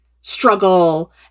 struggle